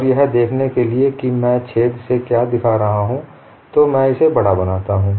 और यह देखने के लिए कि मैं छेद से क्या दिखा रहा हूं तो मैं इसे बड़ा बनाता हूं